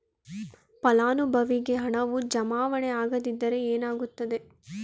ಫಲಾನುಭವಿಗೆ ಹಣವು ಜಮಾವಣೆ ಆಗದಿದ್ದರೆ ಏನಾಗುತ್ತದೆ?